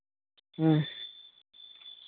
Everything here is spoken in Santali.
ᱦᱮᱸ